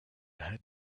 had